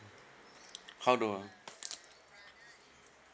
how do I